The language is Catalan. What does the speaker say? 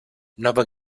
nova